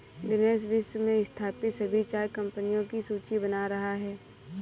दिनेश विश्व में स्थापित सभी चाय कंपनियों की सूची बना रहा है